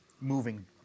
moving